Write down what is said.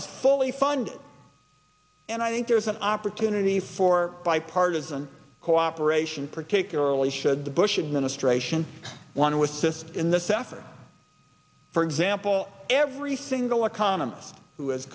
is fully funded and i think there is an opportunity for bipartisan cooperation particularly should the bush administration want to assist in this effort for example every single economist w